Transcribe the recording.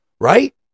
right